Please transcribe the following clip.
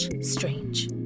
strange